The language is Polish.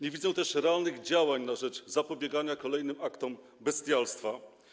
Nie widzę też realnych działań na rzecz zapobiegania kolejnym aktom bestialstwa.